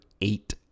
eight